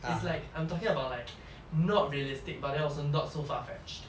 it's like I'm talking about like not realistic but then also not so far fetched